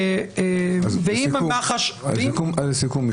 אז לסיכום,